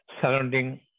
surrounding